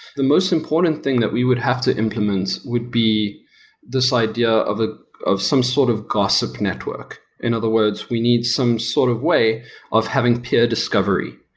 the most important thing that we would have to implement would be this idea of ah of some sort of gossip network. in other words, we need some sort of way of having peer discovery.